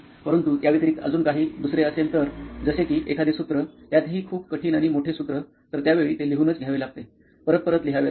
परंतु याव्यतिरिक्त अजून काही दुसरे असेल तर जसे कि एखादे सूत्र त्यातही हि खूप कठीण आणि मोठे सूत्र तर त्यावेळी ते लिहूनच घ्यावे लागते परत परत लिहावे लागते